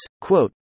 quote